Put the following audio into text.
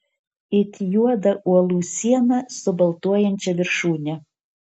it juodą uolų sieną su baltuojančia viršūne